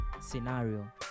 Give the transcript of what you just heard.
scenario